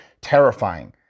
terrifying